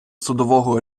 судового